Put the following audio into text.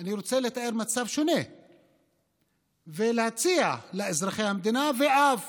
אני רוצה לתאר מצב שונה ולהציע לאזרחי המדינה, ואף